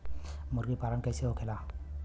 मुर्गी पालन कैसे होखेला?